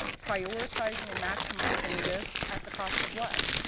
prioritizing and maximizing this at the cost of what?